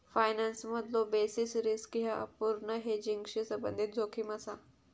फायनान्समधलो basis risk ह्या अपूर्ण हेजिंगशी संबंधित जोखीम असा